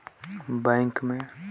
मैं बचत खाता कहां जग खोल सकत हों?